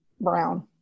brown